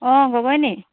অঁ গগৈনী